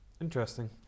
Interesting